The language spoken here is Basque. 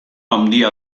handia